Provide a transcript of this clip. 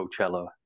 Coachella